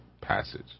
passage